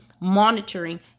monitoring